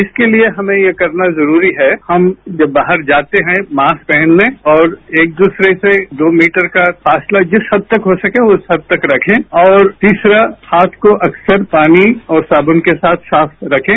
इसके लिए हमें ये करना जरूरी है हम जब बाहर जाते हैं मास्क पहन लें और एक दूसरे से दो मीटर का फासला जिस हद तक हो सके उस हद तक रखे और तीसरा हाथ को अक्सर पानी और साबुन के साथ साफ रखें